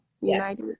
yes